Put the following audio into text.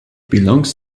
belongs